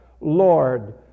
Lord